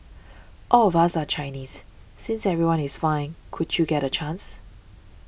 all of us are Chinese since everyone is fine could you get a chance